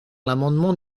l’amendement